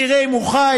שיראה אם הוא חי,